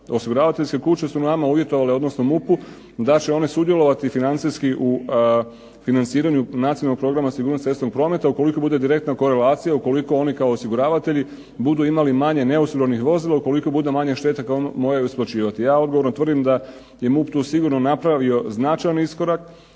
Osiguravateljske kuće su nama uvjetovale, odnosno MUP-u da će one sudjelovati financijski u financiranju nacionalnog programa sigurnosti cestovnog prometa, ukoliko bude direktna korelacija, ukoliko oni kao osiguravatelji budu imali manje neosiguranih vozila, ukoliko bude manje šteta koje oni moraju isplaćivati. Ja odgovorno tvrdim da je MUP tu sigurno napravio značajan iskorak,